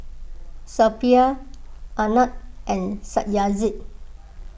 Suppiah Anand and Satyajit